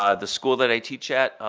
um the school that i teach at,